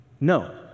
No